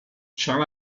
shall